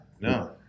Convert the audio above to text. No